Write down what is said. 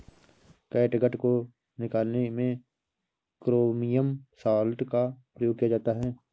catgut को निकालने में क्रोमियम सॉल्ट का प्रयोग किया जाता है